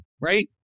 right